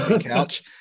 couch